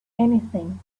anything